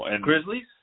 Grizzlies